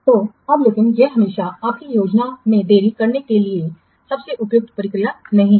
तो अब लेकिन यह हमेशा आपकी योजना में देरी करने करने के लिए सबसे उपयुक्त प्रतिक्रिया नहीं है